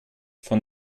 von